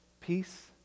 peace